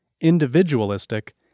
individualistic